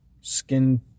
skin